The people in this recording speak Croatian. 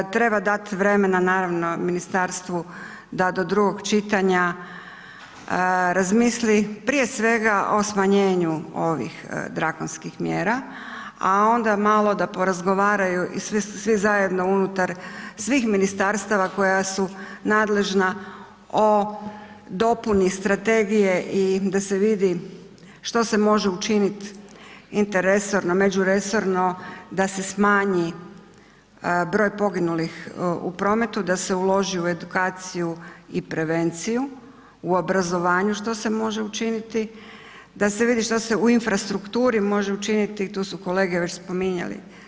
Treba dati vremena, naravno, ministarstvu da do drugog čitanja razmisli, prije svega o smanjenju ovih drakonskih mjera, a onda malo da porazgovaraju i svi zajedno unutar svih ministarstava koja su nadležna o dopuni strategije i da se vidi što se može učiniti interresorno, međuresorno, da se smanji broj poginulih u prometu, da se uloži u edukaciju i prevenciju, u obrazovanje što se može učiniti, da se vidi što se u infrastrukturi može učiniti, tu su kolege već spominjali.